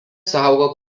saugo